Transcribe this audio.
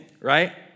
right